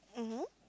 mmhmm